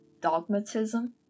dogmatism